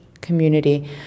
community